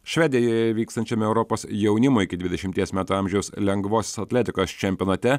švedijoje vykstančiame europos jaunimo iki dvidešimies metų amžiaus lengvosios atletikos čempionate